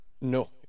No